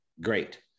great